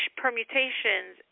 permutations